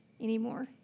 anymore